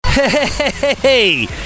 Hey